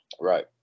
Right